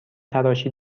تراشی